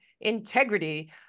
integrity